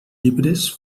llibres